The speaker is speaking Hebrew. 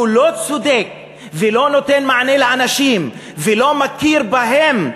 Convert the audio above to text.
שהוא לא צודק ולא נותן מענה לאנשים ולא מכיר בהם,